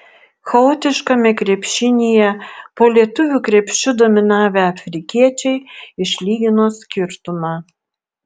chaotiškame krepšinyje po lietuvių krepšiu dominavę afrikiečiai išlygino skirtumą